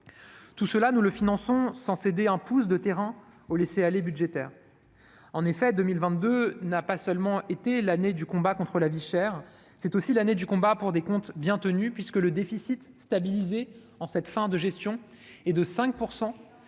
Tout cela, nous le finançons sans céder un pouce de terrain au laisser-aller budgétaire. En effet, 2022 n'a pas seulement été l'année du combat contre la vie chère ; ce fut aussi l'année du combat pour des comptes bien tenus, avec un déficit stabilisé à 5 % du PIB. Nous tenons